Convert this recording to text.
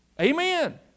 Amen